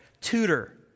tutor